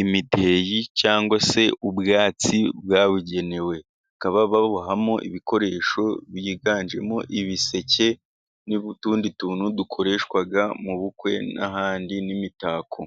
imideyi cyangwa se ubwatsi bwabugenewe, bakaba babohamo ibikoresho byiganjemo ibiseke n'utundi tuntu dukoreshwa mu bukwe n'ahandi n'imitako.